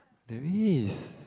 there is